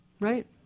Right